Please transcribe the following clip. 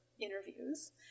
interviews